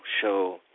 Show